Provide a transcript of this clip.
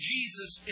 Jesus